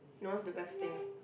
no what's the best thing